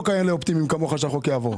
כאלה אופטימיים כמוך על זה שהחוק יעבור.